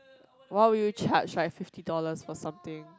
why would you charge by fifty dollars for something